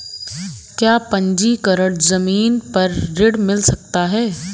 क्या पंजीकरण ज़मीन पर ऋण मिल सकता है?